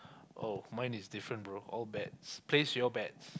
oh mine is different bro all bets place your bets